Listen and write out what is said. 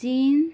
चिन